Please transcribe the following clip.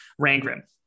Rangrim